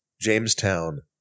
jamestown